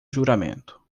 juramento